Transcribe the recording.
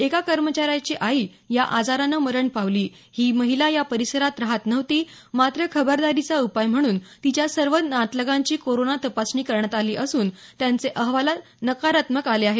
एका कर्मचाऱ्याची आई या आजारानं मरण पावली ही महिला या परिसरात राहत नव्हती मात्र खबरदारीचा उपाय म्हणून तिच्या सर्व नातलगांची कोरोना तपासणी करण्यात आली असून त्यांचे अहवाला निगेटीव्ह आले आहेत